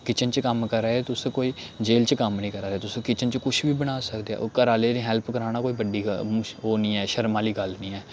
kitchen च कम्म करा दे तुस कोई जेह्ल च कम्म निं करा दे तुस किचन च कुछ बी बना सकदे ओ ओह् घर आह्लें दी हैल्प कराना कोई बड्डी ओह् निं ऐ शर्म आह्ली गल्ल निं ऐ